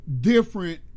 different